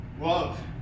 love